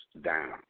down